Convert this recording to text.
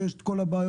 שיש את כל הבעיות.